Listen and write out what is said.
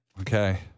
Okay